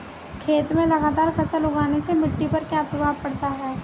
खेत में लगातार फसल उगाने से मिट्टी पर क्या प्रभाव पड़ता है?